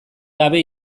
gabe